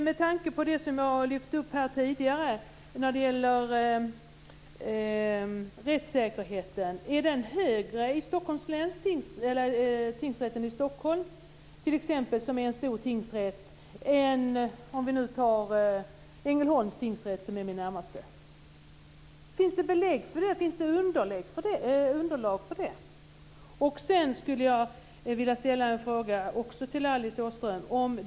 Med tanke på det som jag lyfte upp tidigare om rättssäkerheten undrar jag: Är den högre i tingsrätten i Stockholm som är en stor tingsrätt än i Ängelholms tingsrätt som är närmast mig? Finns det belägg för det?